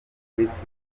twitter